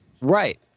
Right